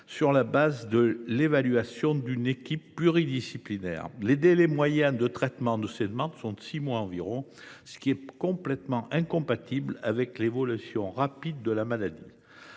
sur la base de l’évaluation de l’équipe pluridisciplinaire de la MDPH. Les délais moyens de traitement de ces demandes sont de six mois, ce qui est parfaitement incompatible avec l’évolution rapide de la maladie.